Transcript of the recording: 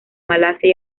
malasia